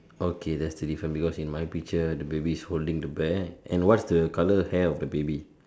okay there's the difference because in my picture the baby is holding the bear and what's the colour hair of the baby